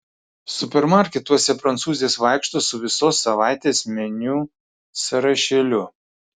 supermarketuose prancūzės vaikšto su visos savaitės meniu sąrašėliu